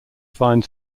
finds